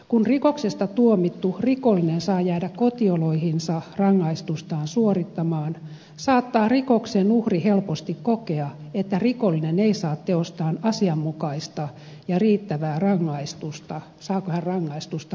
kun rikoksesta tuomittu rikollinen saa jäädä kotioloihinsa rangaistustaan suorittamaan saattaa rikoksen uhri helposti kokea että rikollinen ei saa teostaan asianmukaista ja riittävää rangaistusta saako hän rangaistusta lainkaan